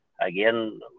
again